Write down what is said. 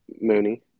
Mooney